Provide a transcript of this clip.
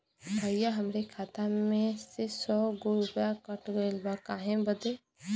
भईया हमरे खाता में से सौ गो रूपया कट गईल बा काहे बदे?